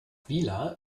vila